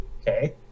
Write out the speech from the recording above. okay